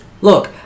Look